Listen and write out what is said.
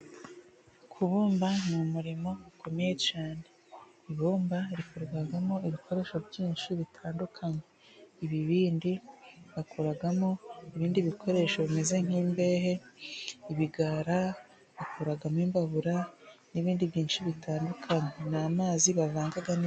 Kubumba ni umurimo ukomeye cyane . Ibumba rikorwamo ibikoresho byinshi bitandukanye ibibindi ,bakoramo ibindi bikoresho bimeze nk'imbehe ibigara bakuramo imbabura n'ibindi byinshi bitandukanye. Ni amazi bavanga ni..